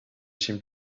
seem